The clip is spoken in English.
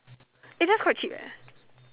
eh that's quite cheap eh